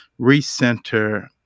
recenter